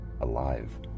alive